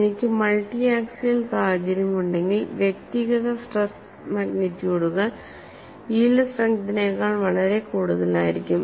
എനിക്ക് multi axial സാഹചര്യം ഉണ്ടെങ്കിൽ വ്യക്തിഗത സ്ട്രെസ് മാഗ്നിറ്റ്യൂഡുകൾ യീൽഡ് സ്ട്രെങ്തിനേക്കാൾ വളരെ കൂടുതലായിരിക്കും